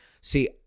See